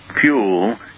fuel